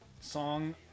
song